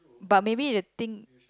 but maybe the thing